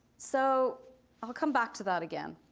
so i'll come back to that again.